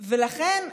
ולכן,